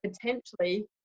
potentially